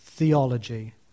theology